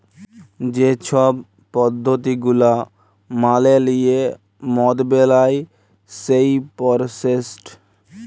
যে ছব পদ্ধতি গুলা মালে লিঁয়ে মদ বেলায় সেই পরসেসট